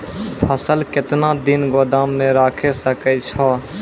फसल केतना दिन गोदाम मे राखै सकै छौ?